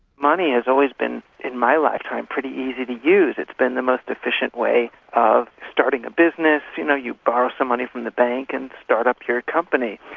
money has always been, in my lifetime, pretty easy to use. it's been the most efficient way of starting a business, you know, you borrow some money from the bank and start up your company.